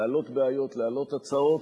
להעלות בעיות, להעלות הצעות.